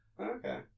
Okay